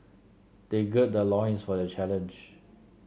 they gird their loins for the challenge